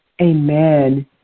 Amen